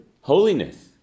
Holiness